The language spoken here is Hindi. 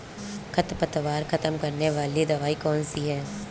खरपतवार खत्म करने वाली दवाई कौन सी है?